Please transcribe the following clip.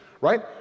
right